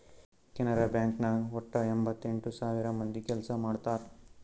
Canara bank ನಾಗ್ ವಟ್ಟ ಎಂಭತ್ತೆಂಟ್ ಸಾವಿರ ಮಂದಿ ಕೆಲ್ಸಾ ಮಾಡ್ತಾರ್